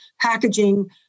packaging